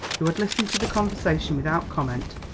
who had listened to the conversation without comment,